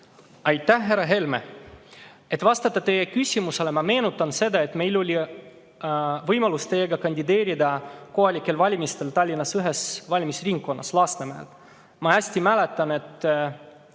Aitäh, härra Helme! Et vastata teie küsimusele, ma meenutan seda, et meil oli võimalus teiega kandideerida kohalikel valimistel Tallinnas ühes valimisringkonnas, Lasnamäel. Ma mäletan